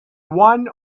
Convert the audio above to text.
one